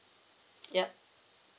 yup